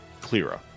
clearer